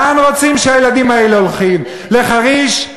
לאן רוצים שהילדים האלה ילכו, לחריש?